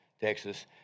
Texas